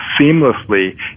seamlessly